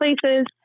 places